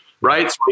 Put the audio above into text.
Right